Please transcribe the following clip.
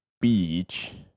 beach